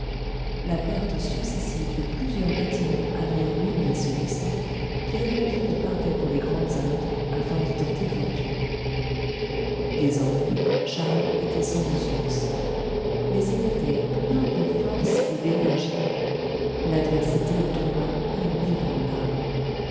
la perte successive de plusieurs bâtiments avait ruiné celui-ci qui répondit qu'il partait pour les grandes indes afin d'y tenter fortune désormais charles était sans ressources mais il était plein de force et d'énergie l'adversité le trouva inébranlable